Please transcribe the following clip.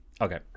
Okay